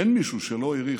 אין מישהו שלא העריך,